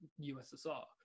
USSR